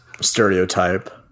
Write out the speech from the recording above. stereotype